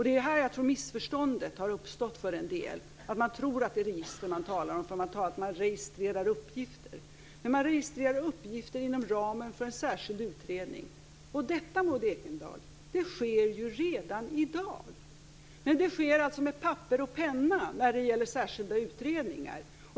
Det är här jag tror att missförståndet har uppstått för en del: Människor tror att det handlar om register, eftersom det heter att man registrerar uppgifter. Men man registrerar uppgifter inom ramen för en särskild utredning. Detta, Maud Ekendahl, sker redan i dag, men det sker med papper och penna när det gäller särskilda utredningar.